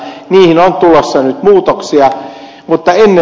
niihin on tulossa nyt muutoksia